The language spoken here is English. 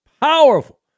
powerful